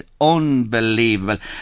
unbelievable